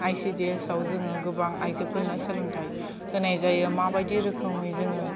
आइ C D S आव जोङो गोबां आइजोफोरनो सोलोंथाय होनाय जायो माबायदि रोखोमै जोङो